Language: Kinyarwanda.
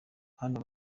hano